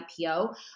IPO